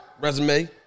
resume